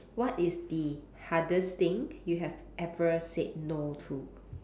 what is the hardest thing you have ever said no to